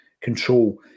control